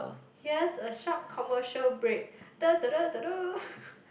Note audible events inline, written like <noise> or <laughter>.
here's a short commercial break <noise> <laughs>